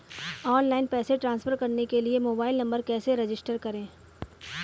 Online पैसे transfer करने के लिए मोबाइल नंबर कैसे रजिस्टर करें?